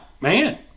man